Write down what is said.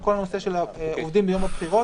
על כל הנושא של עובדים ביום הבחירות.